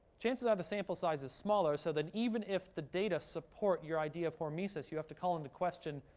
chances are the sample size is smaller. so than even if the data support your idea of hormesis, you have to call into question,